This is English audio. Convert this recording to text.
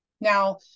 Now